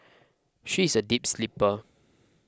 she is a deep sleeper